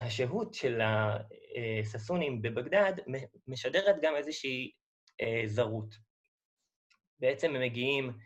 ‫השהות של הששונים בבגדד ‫משדרת גם איזושהי זרות. ‫בעצם הם מגיעים...